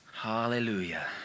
Hallelujah